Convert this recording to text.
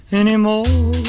anymore